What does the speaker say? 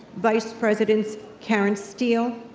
vice presidents karen steele,